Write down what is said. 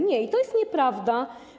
Nie, to jest nieprawda.